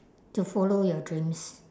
to follow your dreams